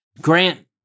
Grant